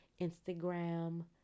instagram